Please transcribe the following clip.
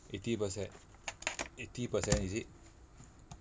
eighty percent eighty percent is it